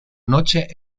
noche